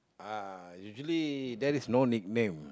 uh usually there is no nickname